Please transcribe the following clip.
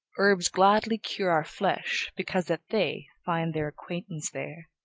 herbs gladly cure our flesh, because that they find their acquaintance there.